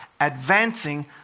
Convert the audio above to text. advancing